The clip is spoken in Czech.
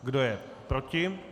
Kdo je proti?